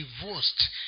divorced